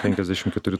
penkiasdešim keturi